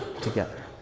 together